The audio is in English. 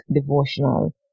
devotional